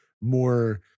more